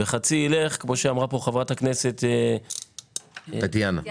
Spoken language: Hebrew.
וחצי ילך כמו אמרה פה חברת הכנסת טטיאנה,